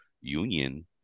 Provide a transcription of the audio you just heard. union